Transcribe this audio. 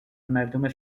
مردم